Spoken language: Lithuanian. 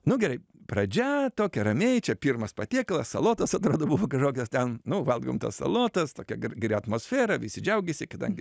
nu gerai pradžia tokia ramiai čia pirmas patiekalas salotos atrodo buvo kažkokios ten nu valgom tas salotas tokia gera atmosfera visi džiaugėsi kadangi